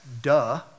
Duh